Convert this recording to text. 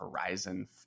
Horizon